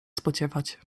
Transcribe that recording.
spodziewać